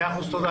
תודה.